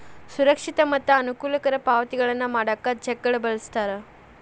ಸುರಕ್ಷಿತ ಮತ್ತ ಅನುಕೂಲಕರ ಪಾವತಿಗಳನ್ನ ಮಾಡಾಕ ಚೆಕ್ಗಳನ್ನ ಬಳಸ್ತಾರ